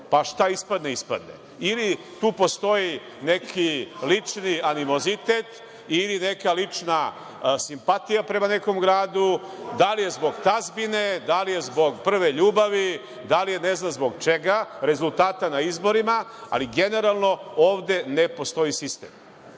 pa šta ispadne – ispadne. Ili tu postoji neki lični animozitet ili neka lična simpatija prema nekom gradu, da li je zbog tazbine, da li je zbog prve ljubavi, da li je ne znam zbog čega, rezultata na izborima, ali generalno ovde ne postoji sistem.(Zoran